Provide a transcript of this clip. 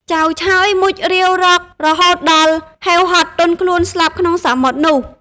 ចៅឆើយមុជរាវរករហូតដល់ហេវហត់ទន់ខ្លួនស្លាប់ក្នុងសមុទ្រនោះ ។